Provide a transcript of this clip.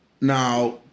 Now